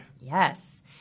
Yes